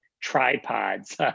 tripods